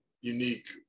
unique